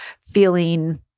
feeling